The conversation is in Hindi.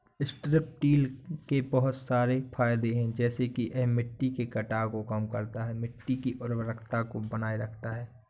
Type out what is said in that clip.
स्ट्रिप टील के बहुत सारे फायदे हैं जैसे कि यह मिट्टी के कटाव को कम करता है, मिट्टी की उर्वरता को बनाए रखता है